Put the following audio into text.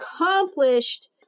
accomplished